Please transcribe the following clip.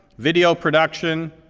video production,